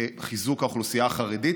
חיזוק האוכלוסייה החרדית.